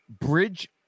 bridge